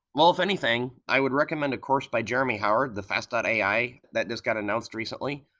well, if anything, i would recommend the course by jeremy howard, the fast but ai that just got announced recently.